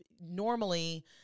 normally